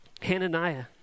Hananiah